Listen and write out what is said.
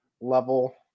level